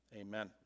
amen